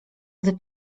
gdy